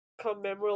commemorative